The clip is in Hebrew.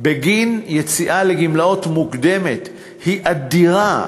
בגין יציאה מוקדמת לגמלאות היא אדירה.